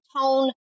tone